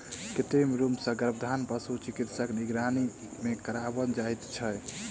कृत्रिम रूप सॅ गर्भाधान पशु चिकित्सकक निगरानी मे कराओल जाइत छै